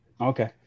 Okay